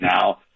now